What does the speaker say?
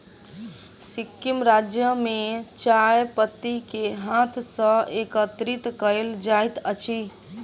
सिक्किम राज्य में चाय पत्ती के हाथ सॅ एकत्रित कयल जाइत अछि